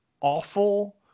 awful